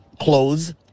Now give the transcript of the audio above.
clothes